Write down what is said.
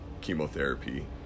chemotherapy